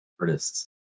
Artists